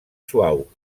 suau